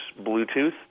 Bluetooth